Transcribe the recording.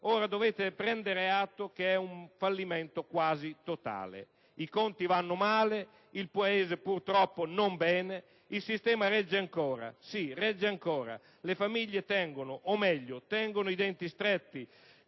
ora dovete prendere atto che è un fallimento quasi totale. I conti vanno male; il Paese purtroppo non bene. Il sistema regge ancora. Sì, regge ancora. Le famiglie tengono, o meglio, tengono i denti stretti